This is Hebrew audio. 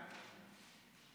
כי זה חוק החשמל,